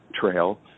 trail